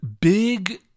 big